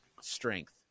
strength